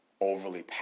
Overly